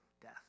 death